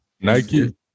Nike